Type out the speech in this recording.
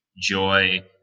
joy